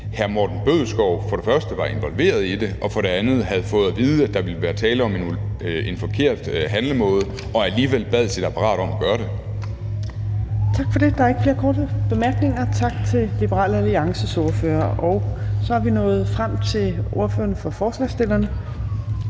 hr. Morten Bødskov for det første var involveret i det og for det andet havde fået at vide, at der ville være tale om en forkert handlemåde, men alligevel bad sit apparat om at gøre det. Kl. 15:08 Fjerde næstformand (Trine Torp): Tak for det. Der er ikke flere korte bemærkninger. Tak til Liberal Alliances ordfører. Så er vi nået frem til ordføreren for forslagsstillerne,